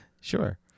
Sure